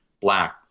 black